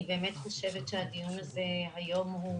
אני באמת חושבת שהדיון הזה היום הוא